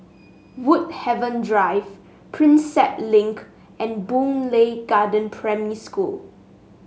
Woodhaven Drive Prinsep Link and Boon Lay Garden Primary School